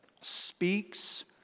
Speaks